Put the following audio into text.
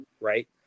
right